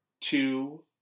Two